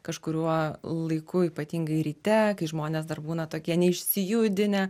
kažkuriuo laiku ypatingai ryte kai žmonės dar būna tokie neišsijudinę